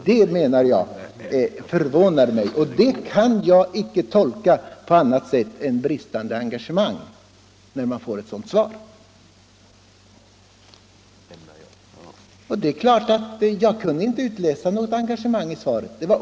Det förvånade mig och jag kunde absolut inte utläsa något engagemang ur svaret.